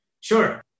Sure